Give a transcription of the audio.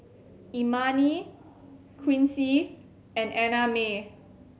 Imani Quincy and Annamae